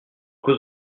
cause